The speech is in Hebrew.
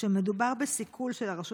שמדובר בסיכול של הרשות